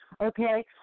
Okay